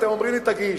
אתם אומרים לי: תגיש.